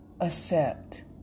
accept